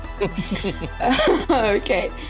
Okay